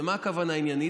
ומה הכוונה "עניינית"?